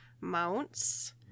mounts